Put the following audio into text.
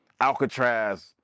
Alcatraz